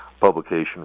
publication